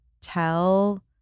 tell